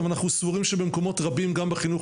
אבל אנחנו סבורים שבמקומות רבים גם בחינוך